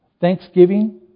Thanksgiving